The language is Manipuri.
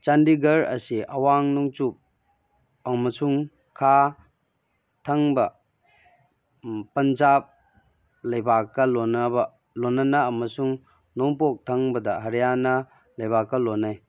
ꯆꯥꯟꯗꯤꯒꯔ ꯑꯁꯤ ꯑꯋꯥꯡ ꯅꯣꯡꯆꯨꯞ ꯑꯃꯁꯨꯡ ꯈꯥ ꯊꯪꯕ ꯄꯟꯖꯥꯕ ꯂꯩꯕꯥꯛꯀ ꯂꯣꯟꯅꯅ ꯑꯃꯁꯨꯡ ꯅꯣꯡꯄꯣꯛ ꯊꯪꯕꯗ ꯍꯔꯤꯌꯥꯅꯥ ꯂꯩꯕꯥꯛꯀ ꯂꯣꯟꯅꯩ